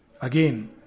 Again